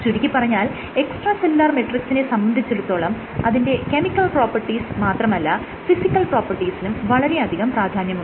ചുരുക്കിപ്പറഞ്ഞാൽ extra cellular മെട്രിക്സിനെ സംബന്ധിച്ചിടത്തോളം അതിന്റെ കെമിക്കൽ പ്രോപ്പർടീസിന് മാത്രമല്ല ഫിസിക്കൽ പ്രോപ്പർടീസിനും വളരെയധികം പ്രാധാന്യമുണ്ട്